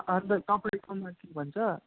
अन्त तपाईँकोमा के भन्छ